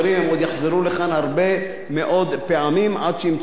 הרבה מאוד פעמים עד שימצאו את עצמם בצרה צרורה.